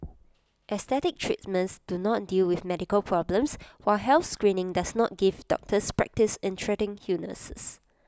aesthetic treatments do not deal with medical problems while health screening does not give doctors practice in treating illnesses